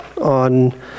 on